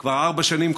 כבר ארבע שנים,